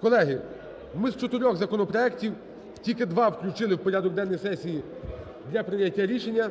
Колеги, ми з чотирьох законопроектів тільки два включили в порядок денний сесії для прийняття рішення.